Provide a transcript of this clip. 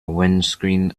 windscreen